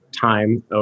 time